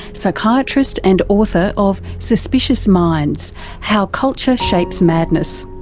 psychiatrist and author of suspicious minds how culture shapes madness.